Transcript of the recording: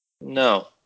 No